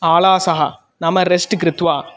आलसः नाम रेस्ट् कृत्वा